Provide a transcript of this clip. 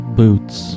boots